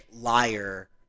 liar